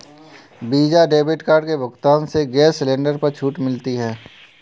visa debit card के भुगतान से गैस सिलेंडर पर छूट मिलती है